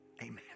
amen